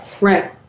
Right